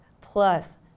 plus